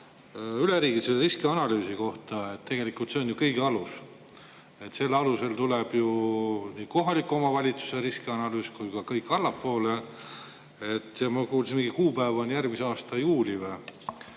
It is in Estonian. üleriigilise riskianalüüsi kohta. Tegelikult see on ju kõige alus, selle alusel tuleb nii kohaliku omavalitsuse riskianalüüs kui ka kõik sealt allapoole. Ma kuulsin, et mingi kuupäev on vist järgmise aasta juulis.